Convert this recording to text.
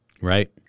Right